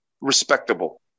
respectable